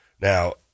Now